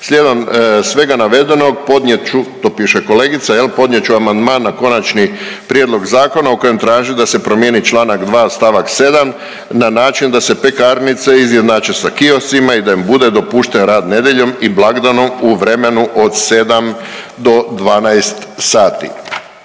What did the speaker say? Slijedom svega navedenog podnijet ću, to piše kolegica jel, podnijet ću amandman na Konačni prijedlog zakona u kojem traži da se promijeni čl. 2. st. 7. na način da se pekarnice izjednače sa kioscima i da im bude dopušten rad nedjeljom i blagdanom u vremenu od 7 do 12 sati.